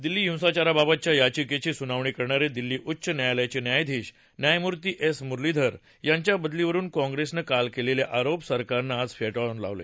दिल्ली हिंसाचाराबाबतच्या याचिकेची सुनावणी करणारे दिल्ली उच्च न्यायालयाचे न्यायाधीश न्यायमूर्ती एस मुरलीधर यांच्या बदलीवरुन काँप्रेसनं काल केलेले आरोप सरकारनं आज फेटाळून लावले